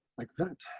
like that.